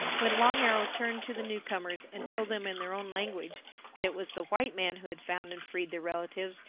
when long arrow turned to the newcomers and told them in their own language that it was the white man who had found and freed their relatives,